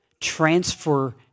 Transfer